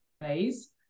phase